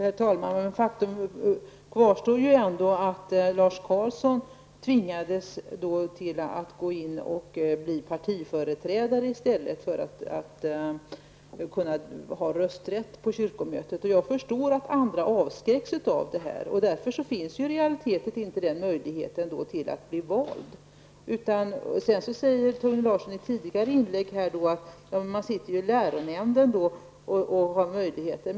Herr talman! Faktum kvarstår ändå: Lars Carlzon tvingades gå in och bli partiföreträdare i stället för att ha rösträtt på kyrkomötet. Jag förstår att andra avskräcks av detta, och därför existerar i realiteten inte den möjligheten att bli vald. Torgny Larsson sade i sitt huvudanförande att biskoparna genom att de sitter i läronämnden har möjligheter.